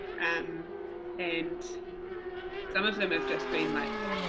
um and some of them have just been like,